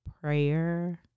Prayer